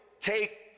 take